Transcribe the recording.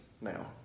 now